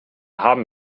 haben